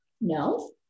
no